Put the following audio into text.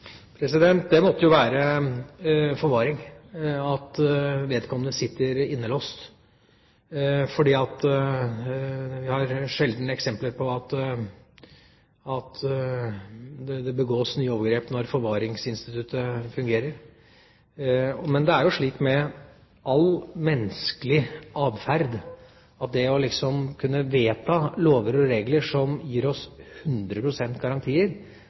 Det måtte jo være forvaring, at vedkommende sitter innelåst, for vi har sjelden eksempler på at det begås nye overgrep når forvaringsinstituttet fungerer. Men med all menneskelig atferd, når det gjelder å kunne vedta lover og regler, er det vanskelig å komme på noe som gir oss